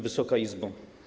Wysoka Izbo!